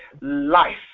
life